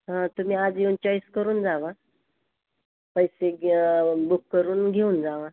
हा तुम्ही आज येऊन चॉईस करून जा पैसे बुक करून घेऊन जा